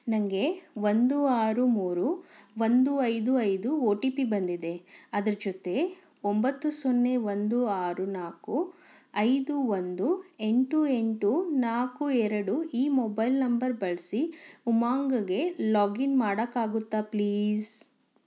ನನಗೆ ಒಂದು ಆರು ಮೂರು ಒಂದು ಐದು ಐದು ಒ ಟಿ ಪಿ ಬಂದಿದೆ ಅದರ ಜೊತೆ ಒಂಬತ್ತು ಸೊನ್ನೆ ಒಂದು ಆರು ನಾಲ್ಕು ಐದು ಒಂದು ಎಂಟು ಎಂಟು ನಾಲ್ಕು ಎರಡು ಈ ಮೊಬೈಲ್ ನಂಬರ್ ಬಳಸಿ ಉಮಂಗ್ಗೆ ಲಾಗಿನ್ ಮಾಡೋಕ್ಕಾಗುತ್ತಾ ಪ್ಲೀಸ್